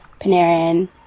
Panarin